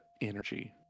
energy